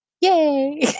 Yay